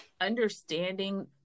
understanding